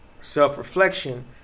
self-reflection